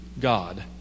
God